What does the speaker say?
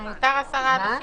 מותר 10 אנשים.